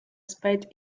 spade